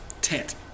tent